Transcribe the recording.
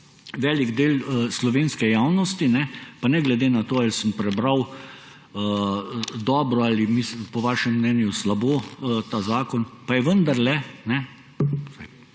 velik del slovenske javnosti, pa ne glede na to, ali sem prebral po vašem mnenju dobro ali slabo ta zakon, pa je vendarle